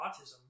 autism